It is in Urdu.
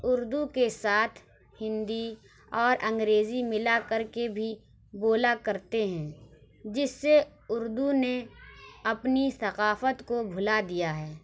اُردو کے ساتھ ہِندی اور انگریزی ملا کر کے بھی بولا کرتے ہیں جس سے اُردو نے اپنی ثقافت کو بھلا دیا ہے